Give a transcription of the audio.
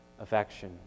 affection